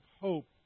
hope